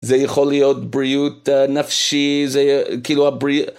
זה יכול להיות בריאות נפשי, זה כאילו הבריאות...